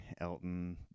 Elton